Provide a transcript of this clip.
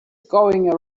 going